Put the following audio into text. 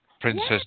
Princess